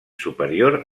superior